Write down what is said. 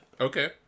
Okay